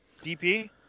DP